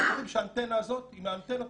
שהם חושבים שהאנטנה הזאת היא מהאנטנות